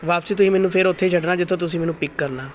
ਵਾਪਸੀ ਤੁਸੀਂ ਮੈਨੂੰ ਫਿਰ ਉੱਥੇ ਛੱਡਣਾ ਜਿੱਥੋਂ ਤੁਸੀਂ ਮੈਨੂੰ ਪਿੱਕ ਕਰਨਾ